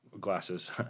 glasses